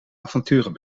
avonturen